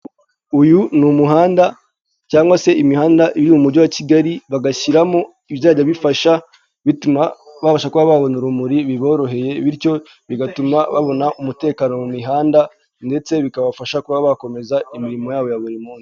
Uyu ni umuhanda cyangwa se imihanda iri mu mujyi wa Kigali bagashyiramo ibizajya bifasha bituma babasha kuba babona urumuri biboroheye bityo bigatuma babona umutekano mu mihanda ndetse bikabafasha kuba bakomeza imirimo yabo ya buri munsi.